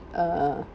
uh